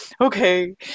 okay